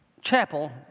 chapel